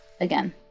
again